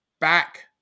back